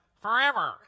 forever